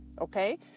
Okay